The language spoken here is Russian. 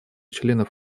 членов